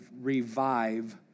revive